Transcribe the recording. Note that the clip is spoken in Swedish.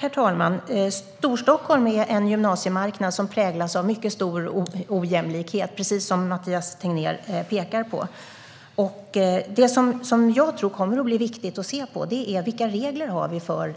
Herr talman! Storstockholm har en gymnasiemarknad som präglas av mycket stor ojämlikhet, precis som Mathias Tegnér pekar på. Jag tror att det blir viktigt att titta på vilka regler vi har för